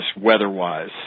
weather-wise